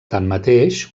tanmateix